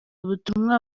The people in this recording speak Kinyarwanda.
ubutumwa